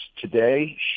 today